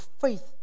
faith